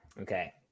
okay